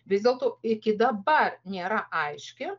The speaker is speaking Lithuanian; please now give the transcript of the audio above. vis dėlto iki dabar nėra aiški